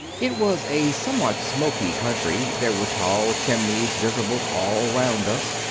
it was a somewhat smoky country there were tall chimneys visible all round us,